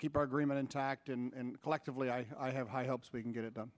our agreement intact and collectively i have high hopes we can get it done